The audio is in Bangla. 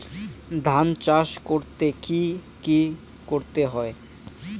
ধান চাষ করতে কি কি করতে হয়?